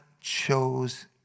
chose